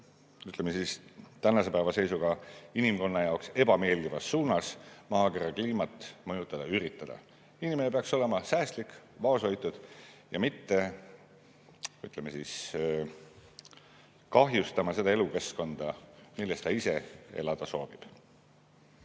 et üritada tänase päeva seisuga inimkonna jaoks ebameeldivas suunas maakera kliimat mõjutada. Inimene peaks olema säästlik, vaoshoitud ja mitte kahjustama seda elukeskkonda, milles ta ise elada soovib.